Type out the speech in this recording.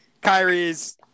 Kyrie's